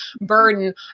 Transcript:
burden